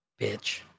bitch